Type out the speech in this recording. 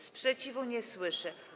Sprzeciwu nie słyszę.